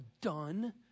done